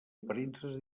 aparences